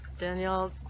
Daniel